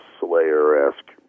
Slayer-esque